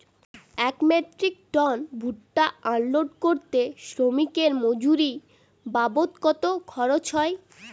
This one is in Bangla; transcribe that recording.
এক মেট্রিক টন ভুট্টা আনলোড করতে শ্রমিকের মজুরি বাবদ কত খরচ হয়?